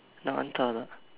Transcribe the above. nak hantar tak